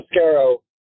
Mascaro